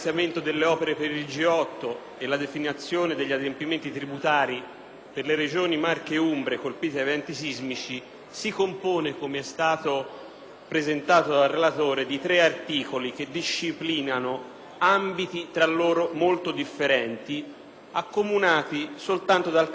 per le Regioni Marche ed Umbria, colpite dagli eventi sismici del 1997, si compone - com'è stato illustrato dal relatore - di tre articoli che disciplinano ambiti tra loro molto differenti, accomunati soltanto dal carattere di urgenza e straordinarietà per la crisi economica in atto.